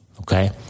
Okay